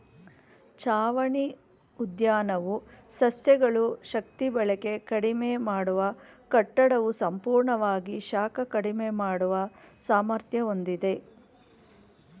ಛಾವಣಿ ಉದ್ಯಾನವು ಸಸ್ಯಗಳು ಶಕ್ತಿಬಳಕೆ ಕಡಿಮೆ ಮಾಡುವ ಕಟ್ಟಡವು ಸಂಪೂರ್ಣವಾಗಿ ಶಾಖ ಕಡಿಮೆ ಮಾಡುವ ಸಾಮರ್ಥ್ಯ ಹೊಂದಿವೆ